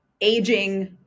Aging